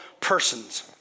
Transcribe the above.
persons